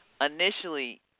initially